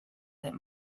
that